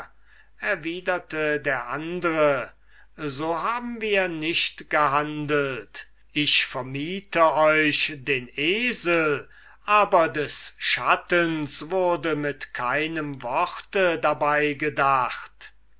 erwiderte der andre so haben wir nicht gehandelt ich vermietete euch den esel aber des schattens wurde mit keinem wort dabei gedacht